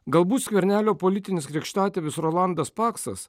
galbūt skvernelio politinis krikštatėvis rolandas paksas